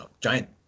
giant